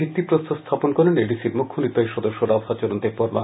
ভিত্তি প্রস্তর স্থাপন করেন এডিসির মুখ্য নির্বাহী সদস্য রাধাচরণ দেববর্মা